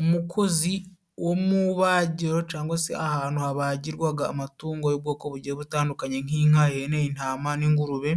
Umukozi wo mu ibagiro cyangwa se ahantu habagirwaga amatungo y'ubwoko bugiye butandukanye, nk'inka, ihene, intama n'ingurube,